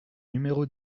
numéro